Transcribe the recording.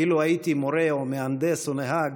אילו הייתי מורה, או מהנדס, או נהג,